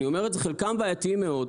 חלקם בעייתיים מאוד,